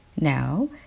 Now